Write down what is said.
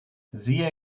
siehe